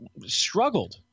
struggled